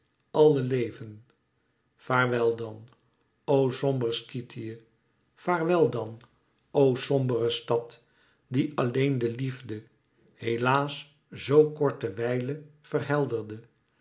alle leven vaarwel dan o somber skythië vaarwel dan o sombere stad die alleen de liefde helaas zo korte wijle verhelderde